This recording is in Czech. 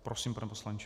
Prosím, pane poslanče.